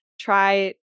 try